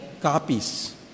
copies